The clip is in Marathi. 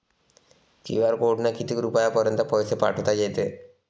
क्यू.आर कोडनं किती रुपयापर्यंत पैसे पाठोता येते?